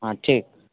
हँ ठीक